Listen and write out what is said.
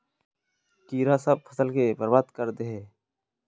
कीड़ा सब फ़सल के बर्बाद कर दे है?